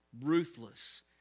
ruthless